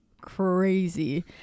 crazy